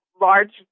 large